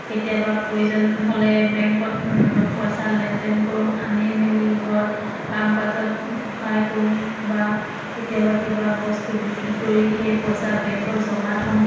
কেতিয়াবা প্ৰয়োজন হ'লে বেংকত পইচা লেনদেন কৰোঁ আনি মেলি ঘৰত কাম কাজত সহায় কৰোঁ বা কেতিয়াবা কিবা বস্তু বিক্ৰী কৰি সেই পইচা বেংকত জমা থওঁ